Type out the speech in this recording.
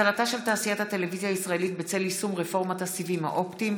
הצלתה של תעשיית הטלוויזיה הישראלית בצל יישום רפורמת הסיבים האופטיים,